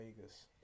Vegas